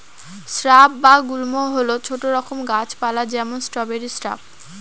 shrub বা গুল্ম হল ছোট রকম গাছ পালা যেমন স্ট্রবেরি শ্রাব